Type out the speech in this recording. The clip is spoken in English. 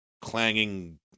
clanging